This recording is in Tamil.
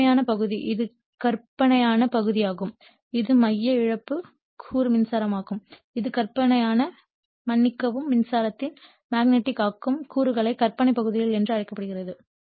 இது உண்மையான பகுதி இது கற்பனையான பகுதியாகும் இது மைய இழப்பு கூறு மின்சாரமாகும் இது கற்பனையான மன்னிக்கவும் மின்சாரத்தின் மேக்னெட்டிக் ஆக்கும் கூறுகளில் கற்பனை பகுதி என்று அழைக்கப்படுகிறது